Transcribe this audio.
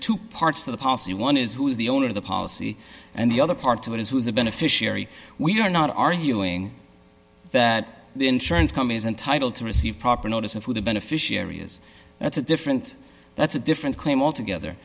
two parts to the policy one is who's the owner of the policy and the other part of it is who is the beneficiary we are not arguing that the insurance companies entitled to receive proper notice of who the beneficiary is that's a different that's a different claim altogether